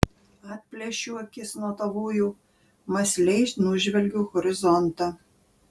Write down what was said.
atplėšiu akis nuo tavųjų mąsliai nužvelgiu horizontą